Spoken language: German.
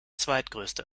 zweitgrößte